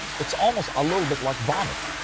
it's almost a little bit like vomit